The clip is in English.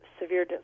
severe